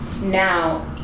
Now